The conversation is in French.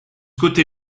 côté